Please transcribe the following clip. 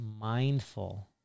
mindful